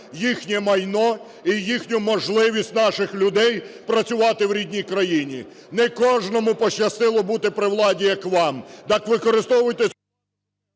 їхнє майно і їхню можливість наших людей працювати в рідній країні. Не кожному пощастило бути при владі, як вам,